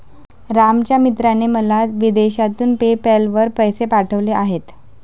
रामच्या मित्राने मला विदेशातून पेपैल वर पैसे पाठवले आहेत